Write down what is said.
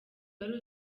wari